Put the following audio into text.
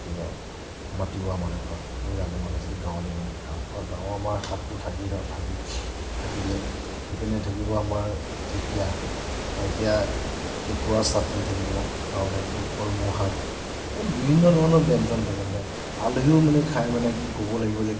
তিৱা আমাৰ তিৱা মানুহসোপা আমি লালুং মানুহ যিবিলাক গাঁৱলীয়া মানুহ গাঁৱৰ আমাৰ শাকটো থাকেই ধৰক ভাজিত থাকিলে ইপিনে থাকিব আমাৰ ঢেঁকীয়া এতিয়া কেঁকোৰা চাতনি থাকিব আৰু থাকিব কলমৌ শাক বিভিন্ন ধৰণৰ ব্যঞ্জন থাকে মানে আলহীয়েও মানে খাই মানে ক'ব লাগিব যে